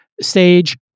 stage